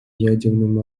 ядерным